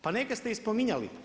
Pa neke ste i spominjali.